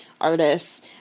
artists